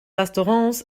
restaurants